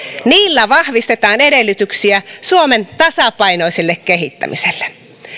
niillä vahvistetaan edellytyksiä suomen tasapainoiselle kehittämiselle